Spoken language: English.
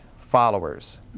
followers